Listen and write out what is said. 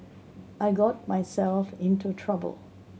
I got myself into trouble